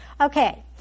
Okay